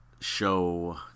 show